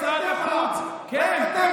ומשרד החוץ, אה, אז רק אתם עם, רק אתם עם.